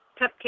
cupcake